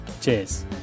Cheers